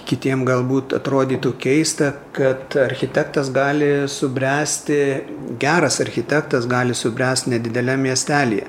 kitiem galbūt atrodytų keista kad architektas gali subręsti geras architektas gali subręst nedideliam miestelyje